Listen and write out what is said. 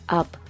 up